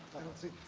i don't see.